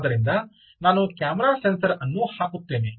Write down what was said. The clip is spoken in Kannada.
ಆದ್ದರಿಂದ ನಾನು ಕ್ಯಾಮೆರಾ ಸೆನ್ಸಾರ್ ಅನ್ನು ಹಾಕುತ್ತೇನೆ